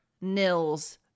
Nils